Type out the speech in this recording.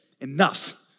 enough